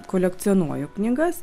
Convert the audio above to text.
kolekcionuoju knygas